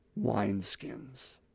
wineskins